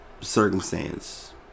circumstance